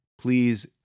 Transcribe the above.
Please